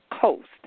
coast